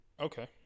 okay